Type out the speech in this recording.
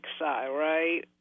right